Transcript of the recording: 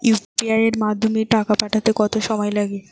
UPI এর মাধ্যমে টাকা পাঠাতে কত সময় লাগে?